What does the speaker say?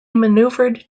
maneuvered